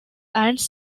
eins